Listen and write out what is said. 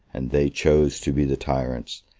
and they chose to be the tyrants,